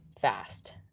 fast